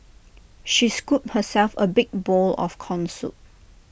she scooped herself A big bowl of Corn Soup